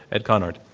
ed conard.